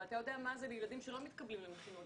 הרי אתה יודע מה זה לילדים שלא מתקבלים למכינות,